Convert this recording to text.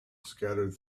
scattered